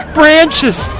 branches